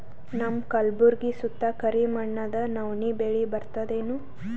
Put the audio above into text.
ನಮ್ಮ ಕಲ್ಬುರ್ಗಿ ಸುತ್ತ ಕರಿ ಮಣ್ಣದ ನವಣಿ ಬೇಳಿ ಬರ್ತದೇನು?